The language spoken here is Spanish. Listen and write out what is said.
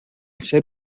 ser